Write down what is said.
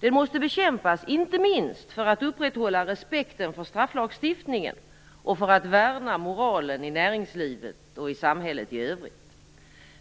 Den måste bekämpas inte minst för att upprätthålla respekten för strafflagstiftningen och för att värna moralen i näringslivet och i samhället i övrigt.